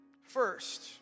First